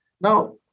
Now